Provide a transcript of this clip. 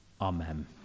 amen